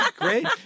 Great